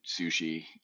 sushi